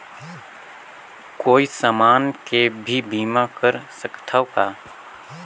कोई समान के भी बीमा कर सकथव का?